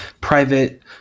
private